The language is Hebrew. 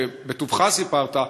בטובך סיפרת,